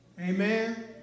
Amen